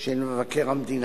של מבקר המדינה,